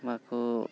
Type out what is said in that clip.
ᱵᱟᱠᱚ